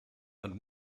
and